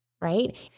right